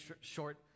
short